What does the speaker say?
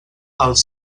els